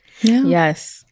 Yes